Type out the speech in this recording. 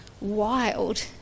wild